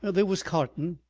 there was carton,